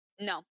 No